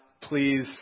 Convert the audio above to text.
please